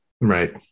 Right